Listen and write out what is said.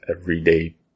everyday